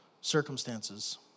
circumstances